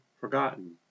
forgotten